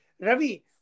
Ravi